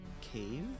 cave